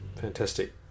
fantastic